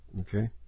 Okay